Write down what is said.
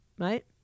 right